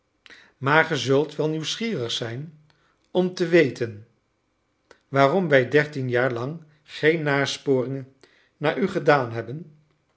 ge zult wel nieuwsgierig zijn om te weten waarom wij dertien jaar lang geen nasporingen naar u gedaan hebben